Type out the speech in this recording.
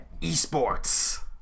eSports